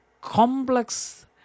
complex